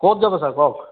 ক'ত যাব ছাৰ কওক